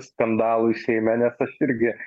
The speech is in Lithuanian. skandalui seime nes aš irgi